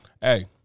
hey